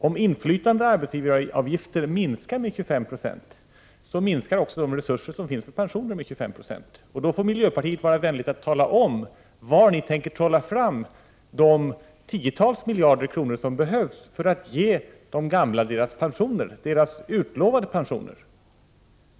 Om inkommande arbetsgivaravgifter minskar med 25 Zo minskar också de resurser som finns för pensioner med 25 96. Miljöpartiet får vara vänligt och tala om var ni tänker trolla fram de tiotals miljarder kronor 57 som behövs för att ge de gamla deras utlovade pensioner.